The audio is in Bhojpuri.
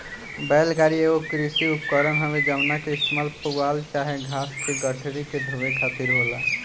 बैल गाड़ी एगो कृषि उपकरण हवे जवना के इस्तेमाल पुआल चाहे घास के गठरी के ढोवे खातिर होला